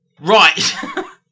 right